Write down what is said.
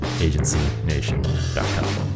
agencynation.com